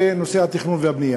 נושא התכנון והבנייה.